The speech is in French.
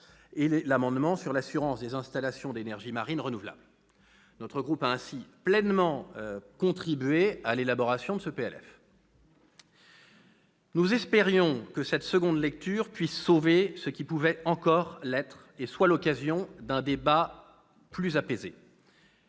; l'amendement sur l'assurance des installations d'énergie marine renouvelable. Notre groupe a ainsi pleinement contribué à l'élaboration de ce projet de loi de finances. Nous espérions que cette seconde lecture puisse sauver ce qui pouvait encore l'être et qu'elle soit l'occasion d'un débat plus apaisé.